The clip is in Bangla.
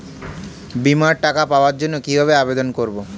বিমার টাকা পাওয়ার জন্য কিভাবে আবেদন করব?